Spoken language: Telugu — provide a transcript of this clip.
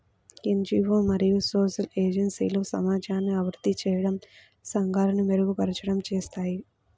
ఎన్.జీ.వో మరియు సోషల్ ఏజెన్సీలు సమాజాన్ని అభివృద్ధి చేయడం, సంఘాలను మెరుగుపరచడం చేస్తాయి